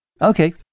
Okay